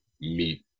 meet